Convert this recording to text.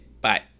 bye